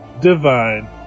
divine